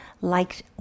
liked